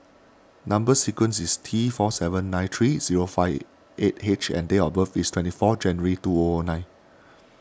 Number Sequence is T four seven nine three zero five eight H and date of birth is twenty four January two O O nine